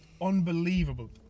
Unbelievable